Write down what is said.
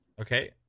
Okay